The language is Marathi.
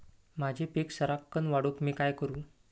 माझी पीक सराक्कन वाढूक मी काय करू?